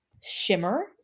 shimmer